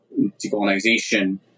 decolonization